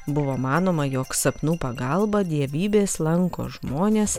buvo manoma jog sapnų pagalba dievybės lanko žmones